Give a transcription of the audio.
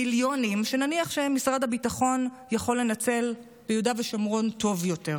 מיליונים שנניח שמשרד הביטחון יכול לנצל ביהודה ושומרון טוב יותר,